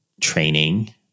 training